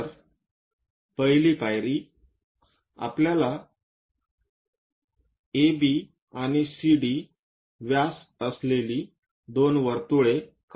तर पहिली पायरी आपल्याला व्यास म्हणून AB आणि CD असलेली दोन वर्तुळ काढावी लागतील